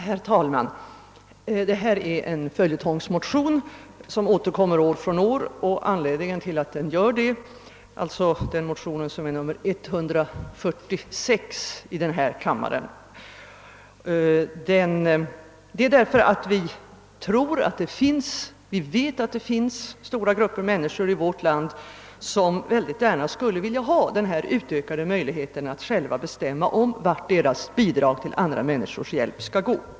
Herr talman! Den motion som jag m.fl. har väckt och som nu behandlas återkommer som en följetong år efter år. Anledning därtill är att vi vet att stora grupper människor i vårt land gärna skulle vilja ha en utökad möjlighet att själva bestämma vart deras bidrag till andra människors hjälp skall gå.